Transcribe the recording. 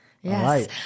Yes